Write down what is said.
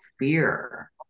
fear